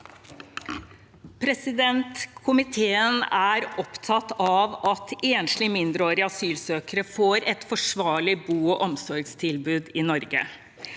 Komiteen er opptatt av at enslige mindreårige asylsøkere får et forsvarlig bo- og omsorgstilbud i Norge.